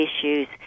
issues